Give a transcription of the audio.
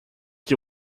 qui